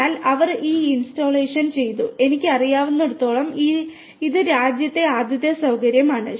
അതിനാൽ അവർ ഈ ഇൻസ്റ്റാളേഷൻ ചെയ്തു എനിക്ക് അറിയാവുന്നിടത്തോളം ഇത് രാജ്യത്തെ ആദ്യത്തെ സൌകര്യമാണ്